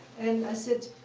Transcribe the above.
and i said,